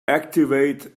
activate